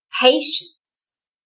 Patience